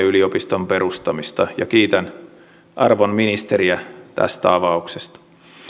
yliopiston perustamista ja kiitän arvon ministeriä tästä avauksesta